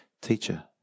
Teacher